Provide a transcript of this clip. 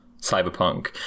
Cyberpunk